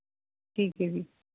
ਠੀਕ ਹੈ ਜੀ